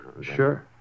Sure